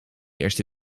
eerste